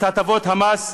את הטבות המס,